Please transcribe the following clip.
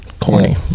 Corny